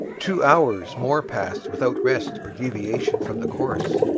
two hours more passed without rest or deviation from the course.